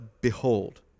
behold